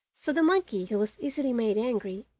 so the monkey, who was easily made angry,